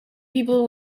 people